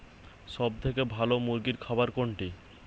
সবথেকে ভালো মুরগির খাবার কোনটি?